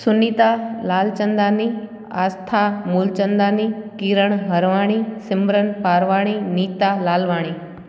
Sunita Lalchandani Aastha Moolchandani Kiran Harwani Simran Parwani Neeta Lalwani